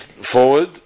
forward